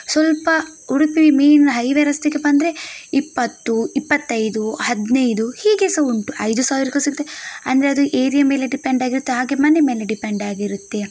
ಸ್ವಲ್ಪ Udupi main highway ರಸ್ತೆಗೆ ಬಂದ್ರೆ ಇಪ್ಪತ್ತು ಇಪ್ಪತ್ತೈದು ಹದ್ನೈದು ಹೀಗೆ ಸಹ ಉಂಟು ಐದು ಸಾವಿರಗು ಸಿಗ್ತೆ ಅಂದ್ರೆ ಅದು ಏರಿಯಾ ಮೇಲೆ ಡಿಪೆಂಡ್ ಆಗಿರುತ್ತೆ ಹಾಗೆ ಮನೆ ಮೇಲೆ ಡಿಪೆಂಡ್ ಆಗಿರುತ್ತೆ